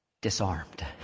Disarmed